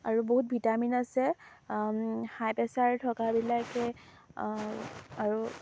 আৰু বহুত ভিটামিন আছে হাই প্ৰেছাৰ থকাবিলাকে আৰু